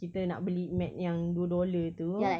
kita nak beli mat yang dua dollar tu